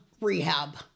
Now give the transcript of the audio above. rehab